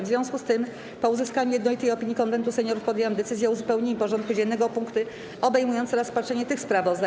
W związku z tym, po uzyskaniu jednolitej opinii Konwentu Seniorów, podjęłam decyzję o uzupełnieniu porządku dziennego o punkty obejmujące rozpatrzenie tych sprawozdań.